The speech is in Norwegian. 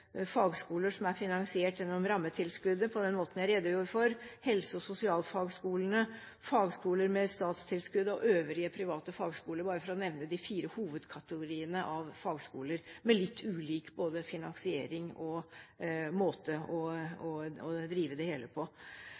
fagskoler som er finansiert gjennom rammetilskuddet, på den måten jeg redegjorde for, helse- og sosialfagskolene, fagskoler med statstilskudd og øvrige private fagskoler, bare for å nevne de fire hovedkategoriene av fagskoler med litt ulik finansiering og måte å drive det hele på.